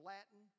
Latin